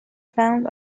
found